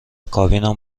کابینم